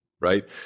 right